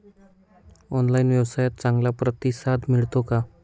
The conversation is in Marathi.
ऑनलाइन व्यवसायात चांगला प्रतिसाद मिळतो का?